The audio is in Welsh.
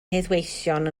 heddweision